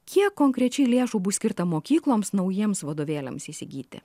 kiek konkrečiai lėšų bus skirta mokykloms naujiems vadovėliams įsigyti